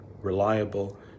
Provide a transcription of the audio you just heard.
reliable